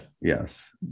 Yes